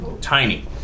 tiny